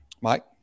Mike